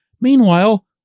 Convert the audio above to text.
meanwhile